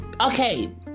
Okay